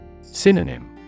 Synonym